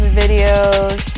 videos